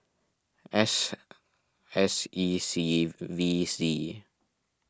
S S E C V Z